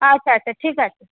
আচ্ছা আচ্ছা ঠিক আছে